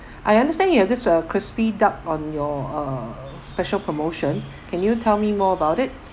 I understand you have this uh crispy duck on your uh special promotion can you tell me more about it